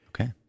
Okay